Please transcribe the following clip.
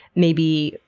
maybe,